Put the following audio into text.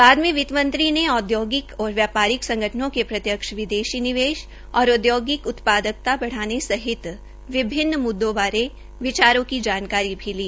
बाद में वित्तमंत्री औदयोगिक और व्यापारिक संगठनों के प्रत्यक्ष विदेशी निवेश और औदयोगिक उत्पादकता बढ़ाने सहित विभिन्न म्द्रों बारे विचारों की जानकारी भी ली